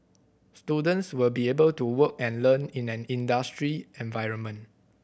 students will be able to work and learn in an industry environment